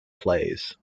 plays